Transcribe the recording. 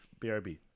BRB